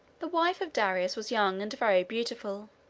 the wife of darius was young and very beautiful,